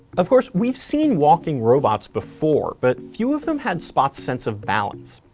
of course, we've seen walking robots before, but few of them had spot's sense of balance.